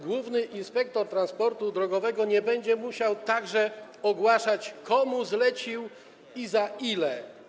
Główny inspektor transportu drogowego nie będzie musiał ogłaszać, komu coś zleca i za ile.